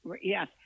Yes